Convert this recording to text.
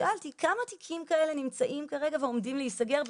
שאלתי כמה תיקים כאלה נמצאים כרגע ועומדים להיסגר,